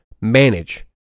manage